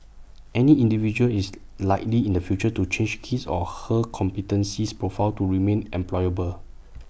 any individual is likely in the future to change his or her competences profile to remain employable